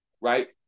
right